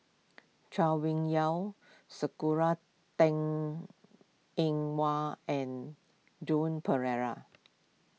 Chay Weng Yew Sakura Teng Ying Hua and Joan Pereira